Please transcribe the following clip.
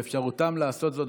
באפשרותם לעשות זאת.